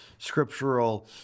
scriptural